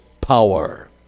power